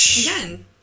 again